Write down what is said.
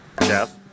Jeff